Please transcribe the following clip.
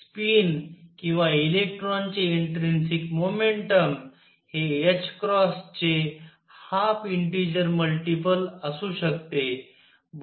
spin किंवा इलेक्ट्रॉनचे intrinsic momentum हे चे हाल्फ इंटीजर मल्टिपल असू शकते